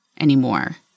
anymore